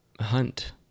hunt